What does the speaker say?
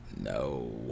No